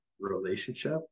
relationship